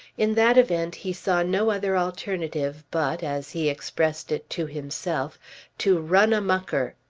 in that event he saw no other alternative but as he expressed it to himself to run a mucker.